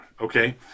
Okay